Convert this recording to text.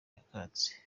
nyakatsi